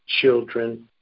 children